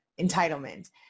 entitlement